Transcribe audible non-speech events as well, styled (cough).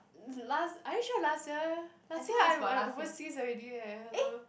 (laughs) last are you sure last year last year I'm I'm overseas already eh hello